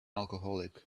alcoholic